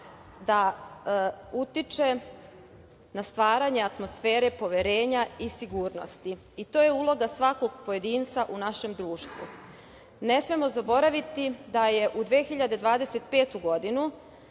da utiče na stvaranje atmosfere poverenja i sigurnosti i to je uloga svakog pojedinca u našem društvu. Ne smemo zaboraviti da je u 2025. godinu